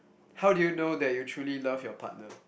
how do you know that you truly love your partner